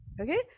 Okay